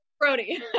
brody